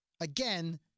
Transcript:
Again